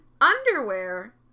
underwear